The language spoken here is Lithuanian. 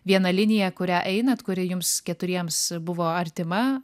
vieną liniją kuria einat kuri jums keturiems buvo artima